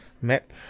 map